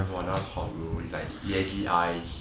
!walao! hot bro jesse eyes